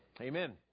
Amen